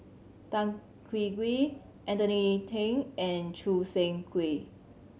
Tan Hwee Hwee Anthony Then and Choo Seng Quee